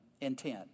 intent